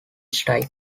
style